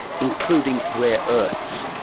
including rare earths,